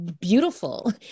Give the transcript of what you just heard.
beautiful